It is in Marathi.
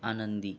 आनंदी